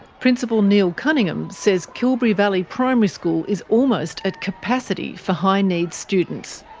principal neil cunningham says kilberry valley primary school is almost at capacity for high needs students.